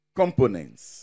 components